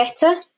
better